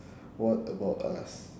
what about us